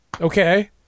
Okay